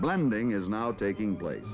blending is now taking place